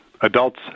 Adults